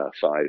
five